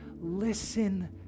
Listen